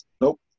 Nope